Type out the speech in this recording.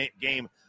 game